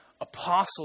apostles